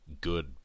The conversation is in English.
good